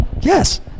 yes